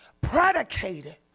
predicated